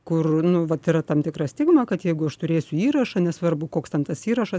kur nu vat yra tam tikra stigma kad jeigu aš turėsiu įrašą nesvarbu koks ten tas įrašas